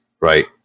right